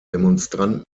demonstranten